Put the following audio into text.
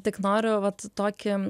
tik noriu vat tokį